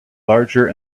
larger